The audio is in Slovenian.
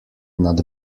nad